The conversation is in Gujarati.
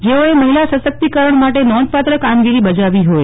જેઓઅ મહિલા સશક્તિકરણ માટે નોંધપાત્ર કામગીરી બજાવી હોય